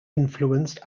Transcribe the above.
influenced